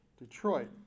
Detroit